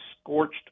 scorched